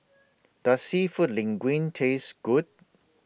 Does Seafood Linguine Taste Good